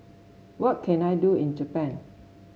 what can I do in Japan